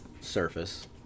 surface